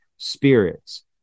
spirits